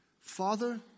Father